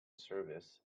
service